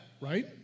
Right